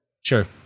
Sure